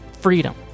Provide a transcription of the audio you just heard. freedom